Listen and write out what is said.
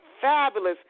fabulous